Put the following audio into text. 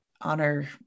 honor